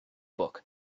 book